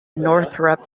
northrop